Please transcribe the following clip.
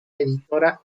editora